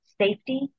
safety